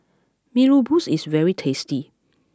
Mee Rebus is very tasty